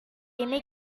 ini